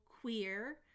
queer